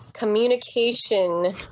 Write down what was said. communication